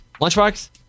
lunchbox